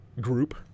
group